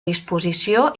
disposició